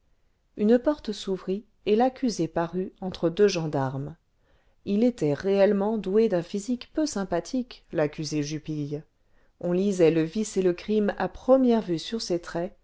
une porte s'ouvrit et l'accusé parut entre deux gendarmes il était réellement doué d'un physique peu sympathique l'accusé jupille on lisait le vice et le crime à première vue sur ses traits